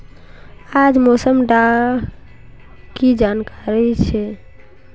आज मौसम डा की जानकारी छै?